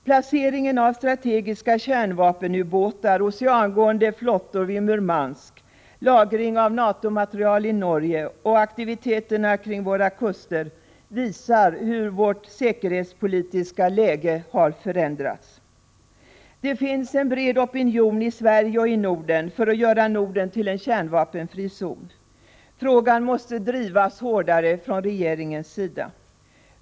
Placeringen av strategiska kärnvapenubåtar och oceangående flottor i Murmansk, lagring av NATO-materiel i Norge och aktiviteterna kring våra kuster visar hur vårt säkerhetspolitiska läge har förändrats. Det finns en bred opinion i Sverige och i Norden för att göra Norden till en kärnvapenfri zon. Den frågan måste drivas hårdare från regeringens sida.